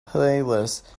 playlist